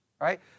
right